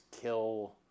kill